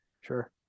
sure